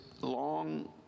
long